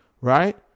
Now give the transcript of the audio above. Right